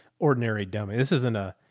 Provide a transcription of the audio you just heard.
ordinary dummy. this isn't a,